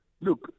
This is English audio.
Look